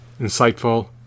insightful